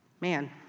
Man